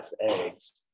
eggs